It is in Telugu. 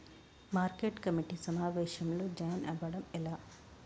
మార్కెట్ కమిటీ సమావేశంలో జాయిన్ అవ్వడం ఎలా?